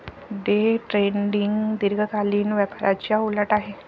day trading दीर्घकालीन व्यापाराच्या उलट आहे